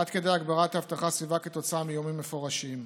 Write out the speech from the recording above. עד כדי הגברת האבטחה סביבה כתוצאה מאיומים מפורשים.